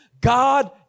God